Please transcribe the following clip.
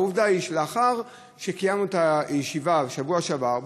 והעובדה היא שלאחר שקיימנו את הישיבה בשבוע שעבר,